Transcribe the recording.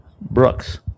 Brooks